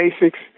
basics